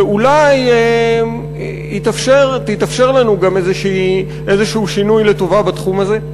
ואולי יתאפשר לנו גם איזה שינוי לטובה בתחום הזה?